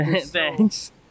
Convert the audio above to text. Thanks